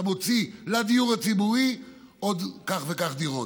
אתה מוציא לדיור הציבורי עוד כך וכך דירות.